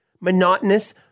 monotonous